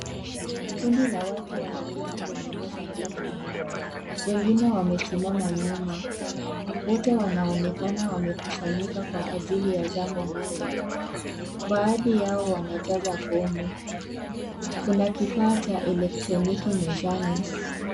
Kundi la watu wameketi kwenye meza ndefu. Wengine wamesimama nyuma. Wote wanaonekana wamekusanyika kwa ajili ya jambo moja. Baadhi yao wanajaza fomu. Kuna kifaa cha elektroniki mezani.